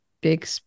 big